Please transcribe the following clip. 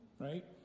right